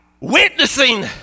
witnessing